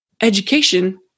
education